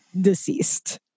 deceased